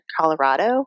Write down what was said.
Colorado